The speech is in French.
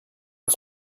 eux